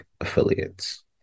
affiliates